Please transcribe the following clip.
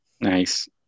Nice